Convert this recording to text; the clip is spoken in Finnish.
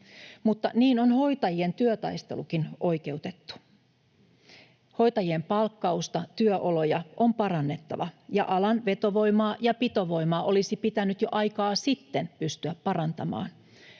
Mutta niin on hoitajien työtaistelukin oikeutettu. Hoitajien palkkausta ja työoloja on parannettava, ja alan vetovoimaa ja pitovoimaa olisi pitänyt jo aikaa sitten pystyä parantamaan,